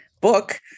book